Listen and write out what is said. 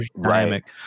dynamic